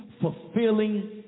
fulfilling